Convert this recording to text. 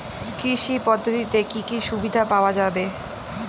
কৃষি পদ্ধতিতে কি কি সুবিধা পাওয়া যাবে?